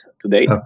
today